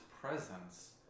presence